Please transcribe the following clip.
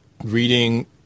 Reading